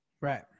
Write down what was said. Right